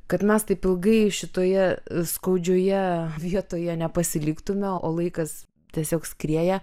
kad mes taip ilgai šitoje skaudžioje vietoje nepasiliktume o laikas tiesiog skrieja